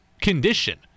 condition